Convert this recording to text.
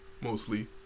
mostly